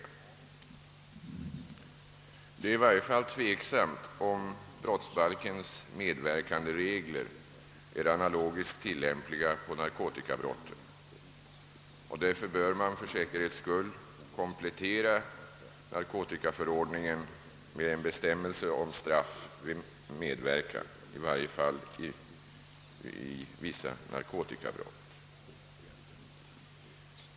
För det andra är det i varje fall tveksamt om brottsbalkens medverkanderegler är analogiskt tillämpliga på narkotikabrotten, och därför bör narkotikaförordningen för säkerhets skull kompletteras med en bestämmelse om straff vid medverkan, i varje fall i vissa narkotikabrott.